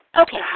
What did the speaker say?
Okay